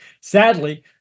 sadly